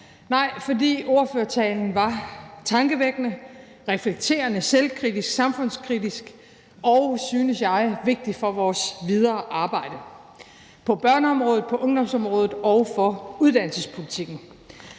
er, fordi ordførertalen var tankevækkende, reflekterende, selvkritisk, samfundskritisk og, synes jeg, vigtig for vores videre arbejde på børneområdet, på ungdomsområdet og for uddannelsespolitikken.